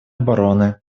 обороны